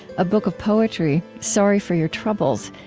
a book of poetry, sorry for your troubles,